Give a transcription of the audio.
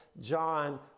John